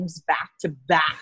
back-to-back